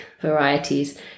varieties